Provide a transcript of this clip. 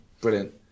Brilliant